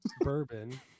bourbon